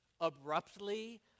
abruptly